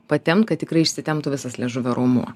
patempt kad tikrai išsitemptų visas liežuvio raumuo